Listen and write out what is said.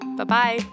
Bye-bye